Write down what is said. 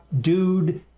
dude